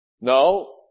No